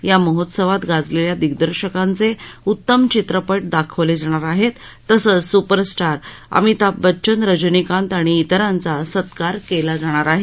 या महोत्सवात गाजलेल्या दिग्दर्शकांचे उत्तम चित्रपट दाखवले जाणार आहेत तसंच सुपरस्टार अमिताभ बच्चन रजनिकांत आणि इतरांचा सत्कार केला जाणार आहे